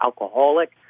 alcoholic